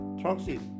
toxic